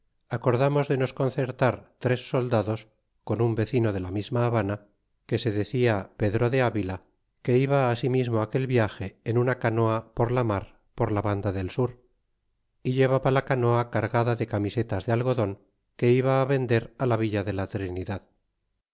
acordamos de nos concertar tres soldados con un vecino de la misma habana que se decia pedro de avila que iba asimismo á aquel viage en una canoa por la mar por la bnda del sur y llevaba la canoa cargada de camisetas de algodon que iba á vender la villa de la trinidad